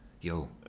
Yo